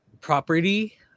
property